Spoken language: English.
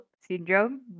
syndrome